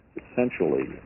essentially